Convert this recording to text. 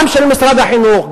גם של משרד החינוך,